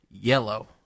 yellow